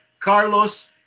Carlos